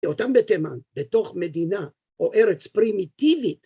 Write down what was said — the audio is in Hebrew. ‫בהיותם בתימן, בתוך מדינה ‫או ארץ פרימיטיבית.